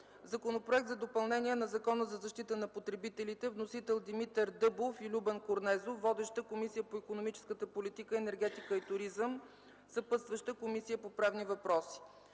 Законопроект за допълнение на Закона за защита на потребителите. Вносители са Димитър Дъбов и Любен Корнезов. Водеща е Комисията по икономическата политика, енергетика и туризъм. Съпъстваща е Комисията по правни въпроси.